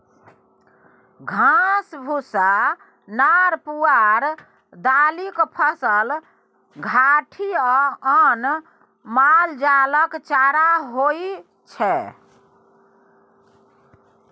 घास, भुस्सा, नार पुआर, दालिक फसल, घाठि आ अन्न मालजालक चारा होइ छै